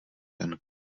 ten